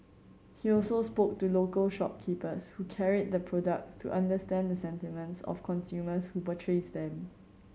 he also spoke to local shopkeepers who carried the products to understand the sentiments of consumers who purchased them